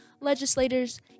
legislators